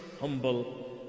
humble